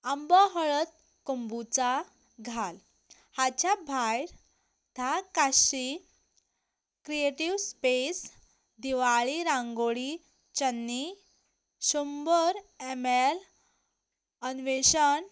आंबो हळद कंबुचा घाल हाच्या भायर धा काशी क्रिएटीव स्पेस दिवाळी रांगोळी छन्नी शंबर एम एल अन्वेशण